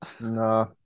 No